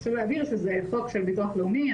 חשוב להבהיר שזה חוק של ביטוח לאומי.